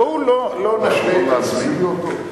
אתה יכול להמציא לי אותו?